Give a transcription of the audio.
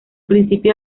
principio